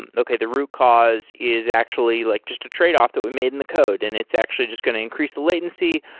and okay, the root cause is actually like just a tradeoff that we made in the code and it's actually just going to increase the latency,